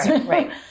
Right